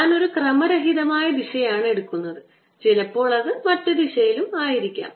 ഞാൻ ഒരു ക്രമരഹിതമായ ദിശയാണ് എടുക്കുന്നത് ചിലപ്പോൾ അത് മറ്റു ദിശയിലായിരിക്കാം